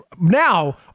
now